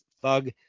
thug